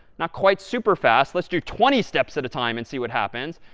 not quite super fast. let's do twenty steps at a time and see what happens.